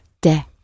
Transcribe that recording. De